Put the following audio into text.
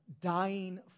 dying